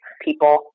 people